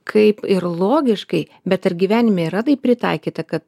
kaip ir logiškai bet ar gyvenime yra tai pritaikyta kad